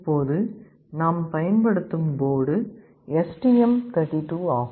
இப்போது நாம் பயன்படுத்தும் போர்டு எஸ்டிஎம்32 ஆகும்